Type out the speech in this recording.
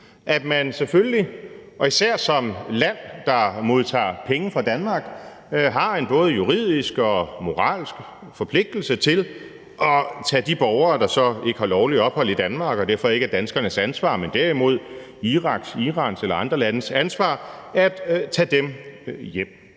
at man selvfølgelig og især som land, der modtager penge fra Danmark, har en både juridisk og moralsk forpligtelse til at tage de borgere, der så ikke har lovligt ophold i Danmark og derfor ikke er danskernes ansvar, men derimod Iraks, Irans eller andre landes ansvar, hjem.